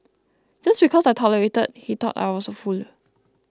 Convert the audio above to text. just because I tolerated he thought I was a fool